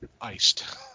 Iced